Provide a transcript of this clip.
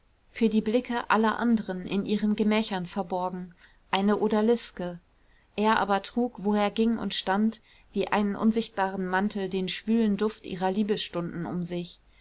für die blicke aller anderen in ihren gemächern verborgen eine odaliske er aber trug wo er ging und stand wie einen unsichtbaren mantel den schwülen duft ihrer liebesstunden um sich